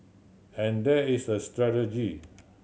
and there is a strategy